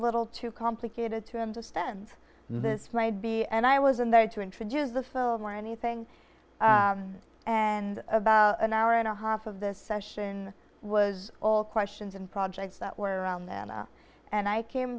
little too complicated to understand this might be and i was in there to introduce the film or anything and about an hour and a half of the session was all questions and projects that were around anna and i came